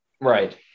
Right